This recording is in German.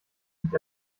nicht